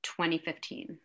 2015